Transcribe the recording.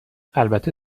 البته